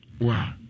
wow